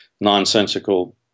nonsensical